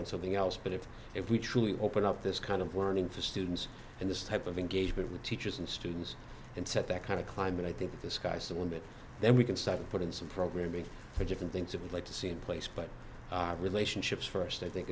on something else but if if we truly open up this kind of learning for students and this type of engagement with teachers and students and set that kind of climate i think the sky's the limit then we can start to put in some programming for different things that we like to see in place but our relationships first i think